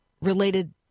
Related